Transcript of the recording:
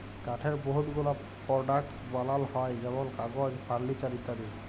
কাঠের বহুত গুলা পরডাক্টস বালাল হ্যয় যেমল কাগজ, ফারলিচার ইত্যাদি